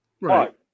Right